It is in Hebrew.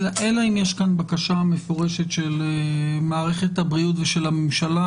אלא אם יש כאן בקשה מפורשת של מערכת הבריאות ושל הממשלה,